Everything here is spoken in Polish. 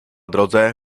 drodze